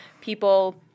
people